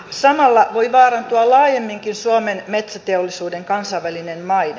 samalla voi vaarantua laajemminkin suomen metsäteollisuuden kansainvälinen maine